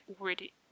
already